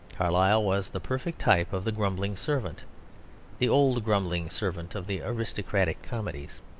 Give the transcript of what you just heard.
carlyle was the perfect type of the grumbling servant the old grumbling servant of the aristocratic comedies.